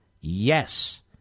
Yes